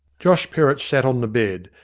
josh perrott sat on the bed,